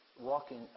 walking